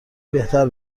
بهتر